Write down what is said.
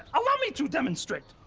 allow me to demonstrate.